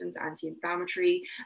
anti-inflammatory